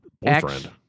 boyfriend